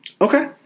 Okay